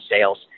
sales